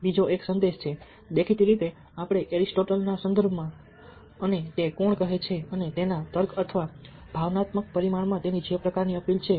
બીજો એક સંદેશ છે દેખીતી રીતે આપણે એરિસ્ટોટલ ના સંદર્ભમાં અને તે કોણ કહે છે અને તેના તર્ક અથવા ભાવનાત્મક પરિમાણમાં તેની જે પ્રકારની અપીલ છે